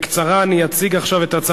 אני אציג עכשיו בקצרה,